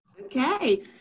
Okay